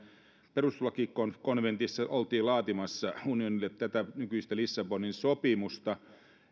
perustuslakikonventissa oltiin laatimassa unionille tätä nykyistä lissabonin sopimusta